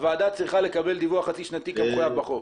הוועדה צריכה לקבל דיווח חצי שנתי כקבוע בחוק.